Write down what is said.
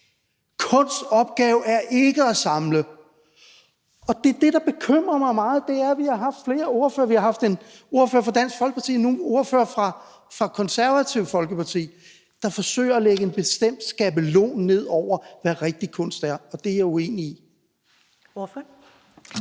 Kunsts opgave er ikke at samle. Og det, der bekymrer mig meget, er, at vi har haft flere ordførere – vi har haft en ordfører fra Dansk Folkeparti og nu en ordfører fra Det Konservative Folkeparti – der forsøger at lægge en bestemt skabelon ned over, hvad rigtig kunst er, og det er jeg uenig i.